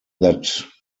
that